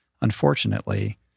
unfortunately